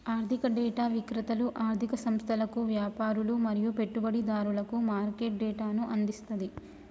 ఆర్థిక డేటా విక్రేతలు ఆర్ధిక సంస్థలకు, వ్యాపారులు మరియు పెట్టుబడిదారులకు మార్కెట్ డేటాను అందిస్తది